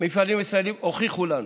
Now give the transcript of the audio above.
מפעלים ישראליים הוכיחו לנו